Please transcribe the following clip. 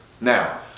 Now